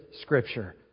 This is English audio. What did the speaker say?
Scripture